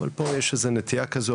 אבל פה יש איזה נטייה כזו,